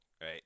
right